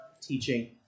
teaching